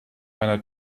einer